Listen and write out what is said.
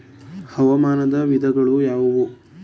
ಹವಾಮಾನದ ವಿಧಗಳು ಯಾವುವು?